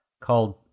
called